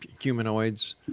humanoids